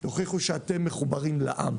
תוכיחו שאתם מחוברים לעם